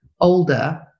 older